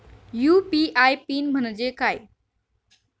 UPI PIN म्हणजे काय?